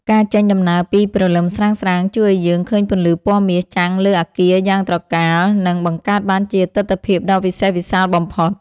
ការចេញដំណើរពីព្រលឹមស្រាងៗជួយឱ្យយើងឃើញពន្លឺពណ៌មាសចាំងលើអាគារយ៉ាងត្រកាល និង បង្កើតបានជាទិដ្ឋភាពដ៏វិសេសវិសាលបំផុត។